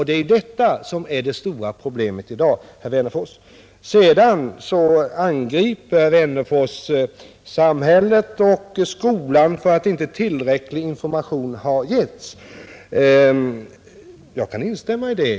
Det är detta som är det stora problemet i dag, Sedan angriper herr Wennerfors samhället och skolan för att inte tillräcklig information har givits. Jag kan instämma i detta.